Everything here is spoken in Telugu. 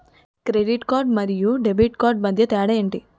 క్రెడిట్ కార్డ్ మరియు డెబిట్ కార్డ్ మధ్య తేడా ఎంటి?